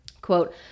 Quote